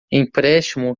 empréstimo